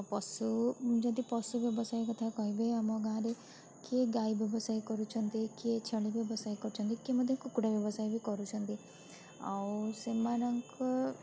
ପଶୁ ଯଦି ପଶୁ ବ୍ୟବସାୟ କଥା କହିବେ ଆମ ଗାଁରେ କିଏ ଗାଈ ବ୍ୟବସାୟ କରୁଛନ୍ତି କିଏ ଛେଳି ବ୍ୟବସାୟ କରୁଛନ୍ତି କିଏ ମଧ୍ୟ କୁକୁଡ଼ା ବ୍ୟବସାୟ ବି କରୁଛନ୍ତି ଆଉ ସେମାନଙ୍କ